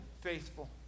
faithful